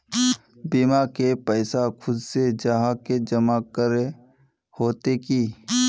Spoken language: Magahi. बीमा के पैसा खुद से जाहा के जमा करे होते की?